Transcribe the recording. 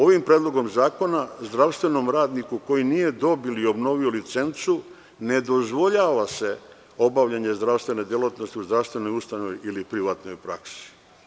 Ovim predlogom zakona, zdravstvenom radniku koji nije dobio ili obnovio licencu ne dozvoljava se obavljanje zdravstvene delatnosti u zdravstvenoj ustanovi ili privatnoj praksi.